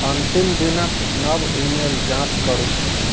अन्तिम दिनके नव ईमेल जाँच करू